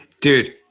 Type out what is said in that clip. Dude